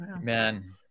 man